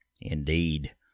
Indeed